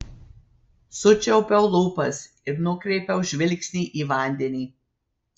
sučiaupiau lūpas ir nukreipiau žvilgsnį į vandenį